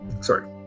sorry